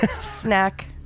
snack